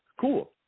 cool